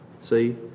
See